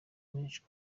menshi